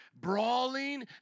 brawling